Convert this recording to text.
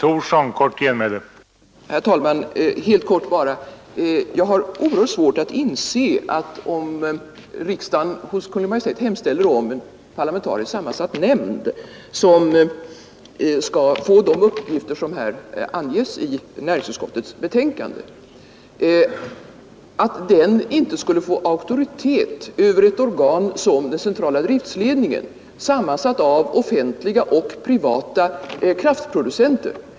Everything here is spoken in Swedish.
Herr talman! Jag har oerhört svårt att inse att om riksdagen hos Kungl. Maj:t hemställer om en parlamentariskt sammansatt nämnd, som skall få de uppgifter som anges i näringsutskottets betänkande, den inte skulle få auktoritet över ett organ som centrala driftledningen, sammansatt av offentliga och privata kraftproducenter.